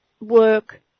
work